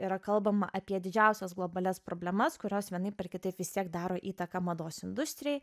yra kalbama apie didžiausias globalias problemas kurios vienaip ar kitaip vis tiek daro įtaką mados industrijai